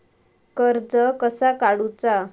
कर्ज कसा काडूचा?